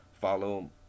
follow